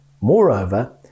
moreover